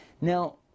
now